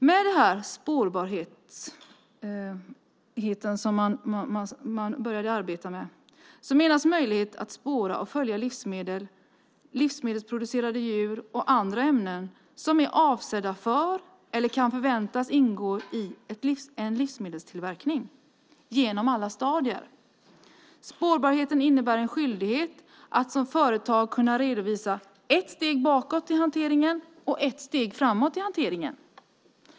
Med spårbarheten som man börjat arbeta med finns det möjlighet att genom alla stadier spåra och följa livsmedel, livsmedelsproducerade djur och ämnen som är avsedda för eller kan förväntas ingå i en livsmedelstillverkning. Spårbarheten innebär en skyldighet att som företag kunna redovisa ett steg bakåt i hanteringen och ett steg framåt i hanteringen.